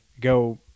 go